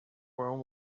room